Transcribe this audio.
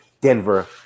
Denver